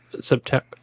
September